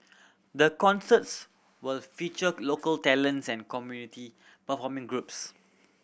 the concerts will feature local talents and community performing groups